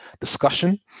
discussion